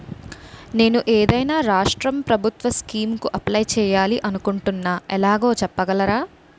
నేను ఏదైనా రాష్ట్రం ప్రభుత్వం స్కీం కు అప్లై చేయాలి అనుకుంటున్నా ఎలాగో చెప్పగలరా?